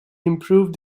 improved